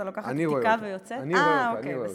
4051 ו-4078.